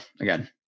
again